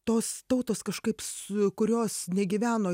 tos tautos kažkaip su kurios negyveno